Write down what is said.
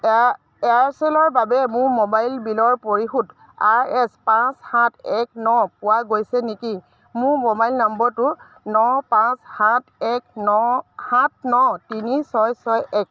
এয়াৰচেলৰ বাবে মোৰ মোবাইল বিলৰ পৰিশোধ আৰ এছ পাঁচ সাত এক ন পোৱা গৈছে নেকি মোৰ মোবাইল নম্বৰটো ন পাঁচ সাত এক ন সাত ন তিনি ছয় ছয় এক